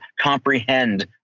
comprehend